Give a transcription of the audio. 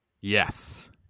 Yes